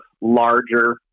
larger